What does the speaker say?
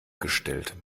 gestellt